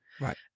right